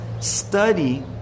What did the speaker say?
study